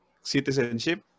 citizenship